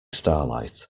starlight